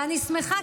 ואני שמחה,